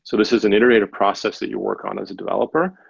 so this is an iterative process that you work on as a developer.